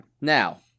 Now